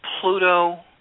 Pluto